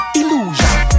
illusion